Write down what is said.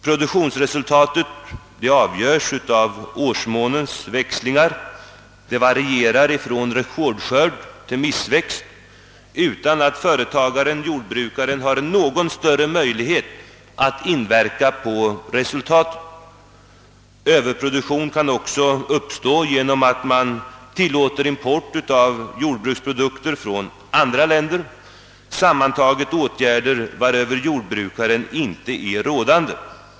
Produktionsresultatet avgörs av årsmånens växlingar och det varierar från rekordskörd till missväxt, utan att företagaren-jordbrukaren har någon större möjlighet att inverka på resultatet. Överproduktion kan också uppstå genom att man tillåter import av jordbruksprodukter från andra länder. Allt detta sammantaget är åtgärder varöver jordbrukaren icke är rådande.